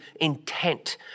intent